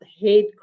head